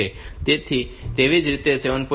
તેથી તે રીતે તે 7